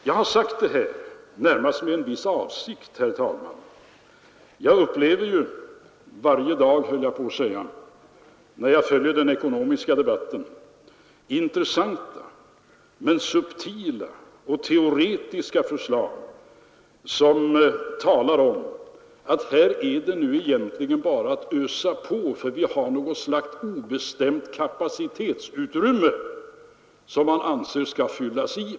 Jag har sagt detta närmast med en viss avsikt, herr talman. Jag upplever ju — varje dag, höll jag på att säga — när jag följer den ekonomiska debatten intressanta men subtila och teoretiska förslag, som talar om att det egentligen bara är att ösa på, eftersom vi har något slags obestämt kapacitetsutrymme, som man anser skall fyllas ut.